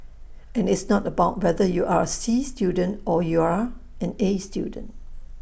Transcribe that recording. and it's not about whether you are A C student or you're an A student